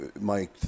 Mike